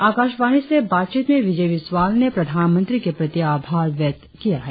आकाशवाणी से बाजचीत में बिजय बिस्वाल ने प्रधानमंत्री के प्रति आभार व्यक्त किया है